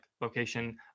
location